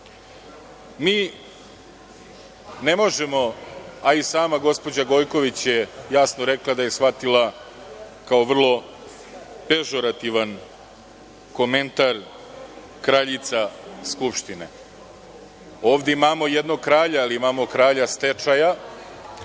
ne možemo, a i sama gospođa Gojković je jasno rekla da je shvatila kao vrlo pežurativan komentar „kraljica Skupštine“. Ovde imamo jednog kralja, ali imamo kralja stečaja